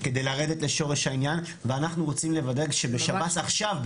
כדי לרדת לשורש העניין ואנחנו רוצים לוודא שבשב"ס עכשיו,